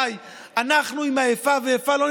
יש כאן איפה ואיפה, רבותיי.